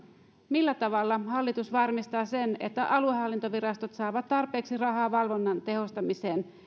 millä tavalla hallitus varmistaa sen että aluehallintovirastot saavat tarpeeksi rahaa valvonnan tehostamiseen